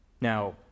Now